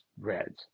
Reds